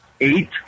eight